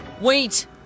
Wait